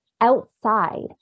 outside